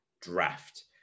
draft